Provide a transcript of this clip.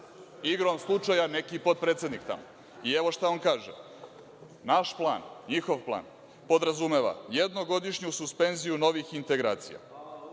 igrom slučaja neki potpredsednik tamo. Evo šta on kaže – naš plan, njihov plan, podrazumeva jednogodišnju suspenziju novih integracija,